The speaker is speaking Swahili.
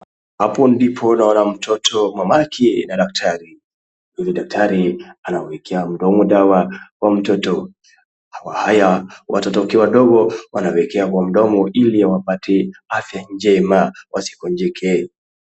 Hapo ndipo naona mtoto, mamake na daktari. Huyu daktari anawekea mdomo dawa kwa mtoto. Kwa haya watoto wakiwa wadogo wanawekeagwa mdomo ili wapate afya njema wasigonjeke.